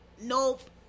nope